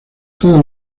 todas